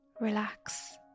relax